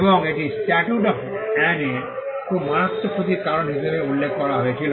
এবং এটি statute of an এর খুব মারাত্মক ক্ষতির কারণ হিসাবে উল্লেখ করা হয়েছিল